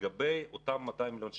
לגבי 200 מיליון השקלים,